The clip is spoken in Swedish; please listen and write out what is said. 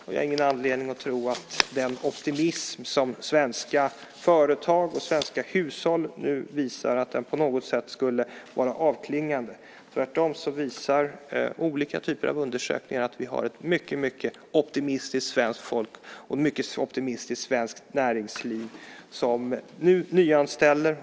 Jag har ingen anledning att tro att den optimism som svenska företag och svenska hushåll nu visar på något sätt skulle vara avklingande. Tvärtom visar olika typer av undersökningar att vi har ett mycket, mycket optimistiskt svenskt folk och mycket optimistiskt svensk näringsliv som nyanställer.